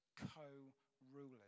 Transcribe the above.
co-rulers